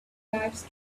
lives